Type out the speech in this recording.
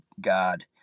God